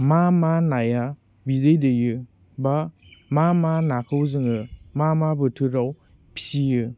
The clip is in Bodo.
मा मा नाया बिदै दैयो बा मा मा नाखौ जोङो मा मा बोथोराव फिसियो